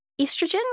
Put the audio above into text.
Estrogen